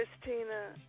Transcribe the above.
Christina